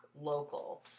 local